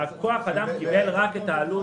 עובד כוח אדם קיבל רק את העלות,